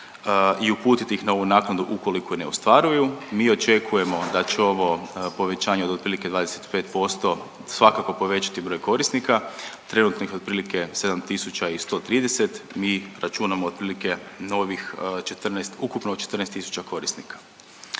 i uputiti ih na ovu naknadu ukoliko je ne ostvaruju. Mi očekujemo da će ovo povećanje od otprilike 25% svakako povećati broj korisnika, trenutno ih je otprilike 7130, mi računamo otprilike novih 14, ukupno 14 tisuća korisnika.